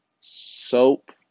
Soap